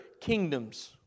kingdoms